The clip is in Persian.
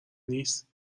نیست